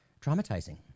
traumatizing